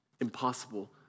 impossible